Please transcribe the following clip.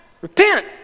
Repent